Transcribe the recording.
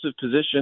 position